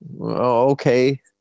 okay